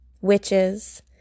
witches